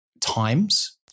times